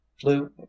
flew